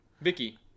Vicky